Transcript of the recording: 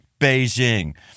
Beijing